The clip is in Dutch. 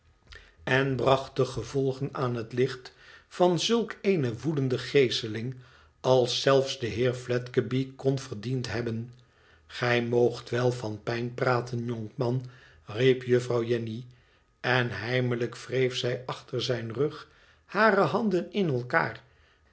en bracht de gevolgen aan het licht van zulk eene woedende geeseling als zelfs de heer fledgeby kon verdiend hebben igij moogt wèl van pijn praten jonkman riep juffrouw jenny en heimelijk wreef zij achter zijn rug hare handen in elkaar